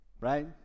right